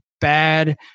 bad